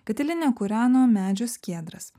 katilinę kūreno medžio skiedras